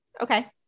Okay